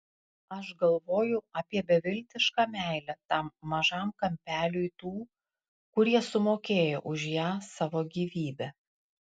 aš galvoju apie beviltišką meilę tam mažam kampeliui tų kurie sumokėjo už ją savo gyvybe